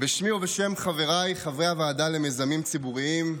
בשמי ובשם חבריי חברי הוועדה למיזמים ציבוריים,